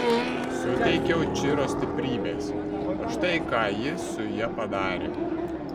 suteikiau čiro stiprybės o štai ką ji su ja padarė